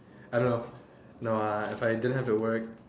I don't know no ah if I don't have to work